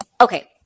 okay